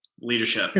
Leadership